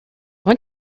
went